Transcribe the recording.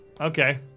Okay